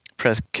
press